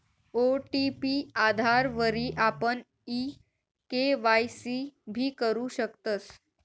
OTP आधारवरी आपण e KYC भी करु शकतस